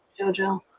Jojo